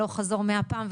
הלוך-חזור 100 פעם,